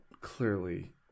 clearly